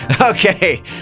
Okay